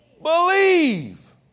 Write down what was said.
believe